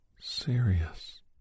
Serious